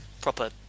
proper